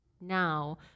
now